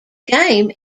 game